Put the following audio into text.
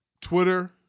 Twitter